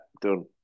done